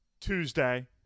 Tuesday